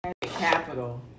Capital